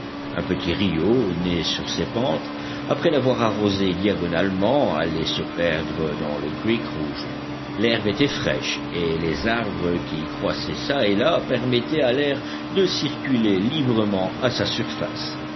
un petit rio né sur ses pentes après l'avoir arrosée diagonalement allait se perdre dans le creekrouge l'herbe était fraîche et les arbres qui croissaient çà et là permettaient à l'air de circuler librement à sa surface